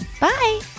Bye